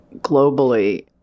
globally